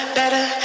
better